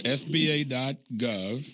sba.gov